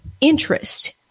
interest